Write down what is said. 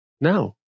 No